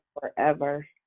forever